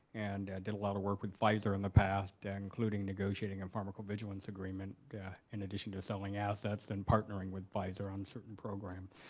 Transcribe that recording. and did a lot of work with pfizer in the past and including negotiating a and pharmical-vigilance agreement yeah in addition to to selling assets and partnering with pfizer on certain programs.